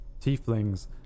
Tieflings